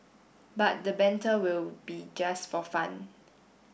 but the banter will be just for fun